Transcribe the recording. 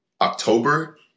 October